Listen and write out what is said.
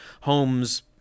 homes